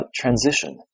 transition